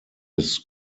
his